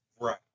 Right